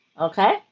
okay